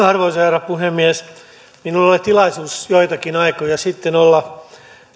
arvoisa herra puhemies minulla oli tilaisuus joitakin aikoja sitten olla